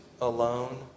alone